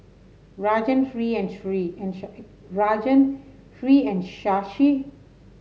Rajan Hri and Hri and Rajan Hri and Shashi